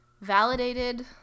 validated